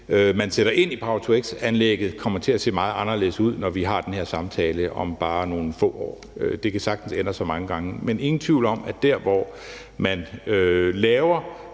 man sætter ind i power-to-x-anlægget, kommer til at se meget anderledes ud, når vi har den her samtale om bare nogle få år. Det kan sagtens ændre sig mange gange. Men der er ingen tvivl om, at der, hvor man laver